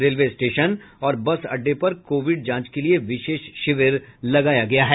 railway station और bus अड्डे पर कोविड जांच के लिए विशेष शिविर लगाया गया है